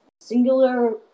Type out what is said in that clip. singular